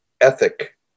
ethic